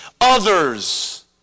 others